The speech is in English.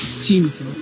teams